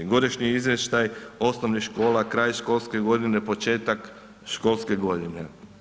Godišnji izvještaj osnovnih škola, kraj školske godine, početak školske godine.